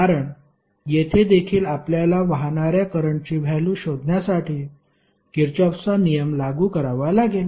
कारण येथे देखील आपल्याला वाहणाऱ्या करंटची व्हॅल्यु शोधण्यासाठी किरचॉफचा नियम लागू करावा लागेल